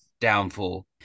downfall